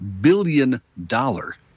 billion-dollar